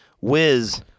Wiz